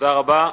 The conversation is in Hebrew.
תודה רבה.